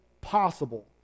possible